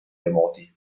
remoti